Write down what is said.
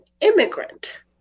immigrant